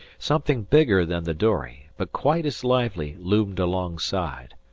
something bigger than the dory, but quite as lively, loomed alongside.